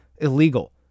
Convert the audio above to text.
illegal